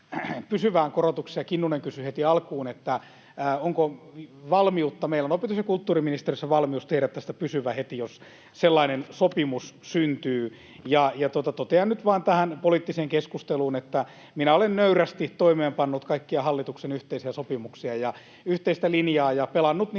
Kinnunen kysyi heti alkuun — onko pysyvään korotukseen valmiutta. Meillä on opetus- ja kulttuuriministeriössä valmius tehdä tästä pysyvä heti, jos sellainen sopimus syntyy. Ja totean nyt vain tähän poliittiseen keskusteluun, että minä olen nöyrästi toimeenpannut kaikkia hallituksen yhteisiä sopimuksia ja yhteistä linjaa ja pelannut niillä